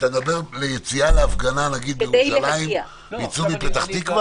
אתה מדבר על יציאה להפגנה נגיד לירושלים מפתח תקווה?